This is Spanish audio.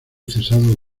cesado